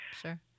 sure